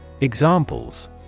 Examples